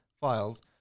files